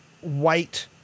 white